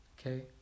Okay